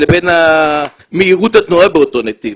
לבין מהירות התנועה באותו נתיב,